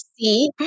see